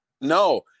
No